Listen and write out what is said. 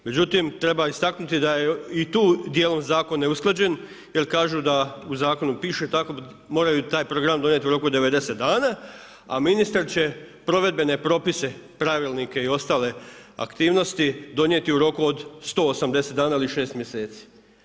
Međutim, treba istaknuti da je i tu dijelom zakon neusklađen, jer kažu da u zakonu piše tako moraju taj program donijeti u roku 90 dana, a ministar će provedbene propise pravilnike i ostale aktivnosti donijeti u roku od 180 dana ili 6 mjeseci.